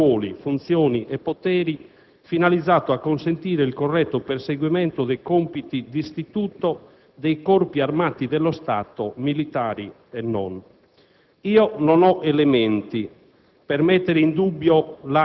Questo impianto definisce il delicato equilibrio tra ruoli, funzioni e poteri finalizzato a consentire il corretto perseguimento dei compiti d'istituto dei Corpi armati dello Stato, militari e non.